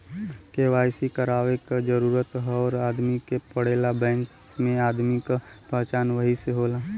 KYC करवाये क जरूरत हर आदमी के पड़ेला बैंक में आदमी क पहचान वही से होला